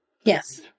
Yes